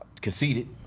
Conceded